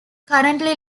currently